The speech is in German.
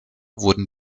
wurden